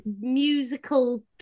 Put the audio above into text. musical